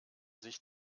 sich